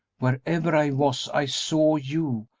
wherever i was, i saw you,